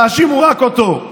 תאשימו רק אותו.